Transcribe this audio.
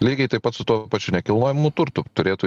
lygiai taip pat su tuo pačiu nekilnojamu turtu turėtų